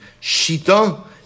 Shita